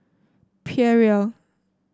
Perrier